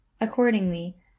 Accordingly